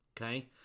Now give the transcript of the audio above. Okay